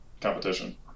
competition